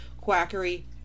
quackery